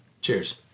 Cheers